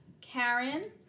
Karen